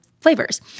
flavors